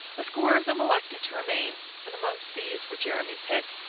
a score of them elected to remain, and amongst these were jeremy pitt,